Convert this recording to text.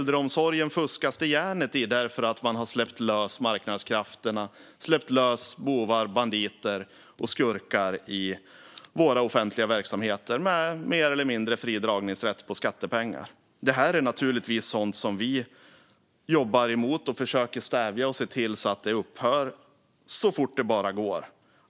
Det fuskas järnet i äldreomsorgen, därför att man har släppt lös marknadskrafterna, släppt lös bovar, banditer och skurkar i våra offentliga verksamheter med mer eller mindre fri dragningsrätt på skattepengar. Det här är naturligtvis sådant som vi jobbar mot och försöker att stävja och se till så att det upphör så fort det bara går.